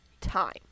time